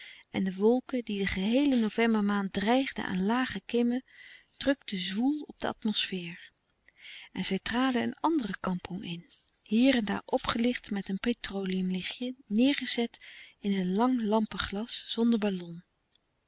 en de wolken die de geheele novembermaand dreigden aan lage kimmen drukten zwoel op de atmosfeer en zij traden een andere kampong in hier en daar opgelicht met een petroleumlichtje neêrgezet in een lang lampeglas zonder ballon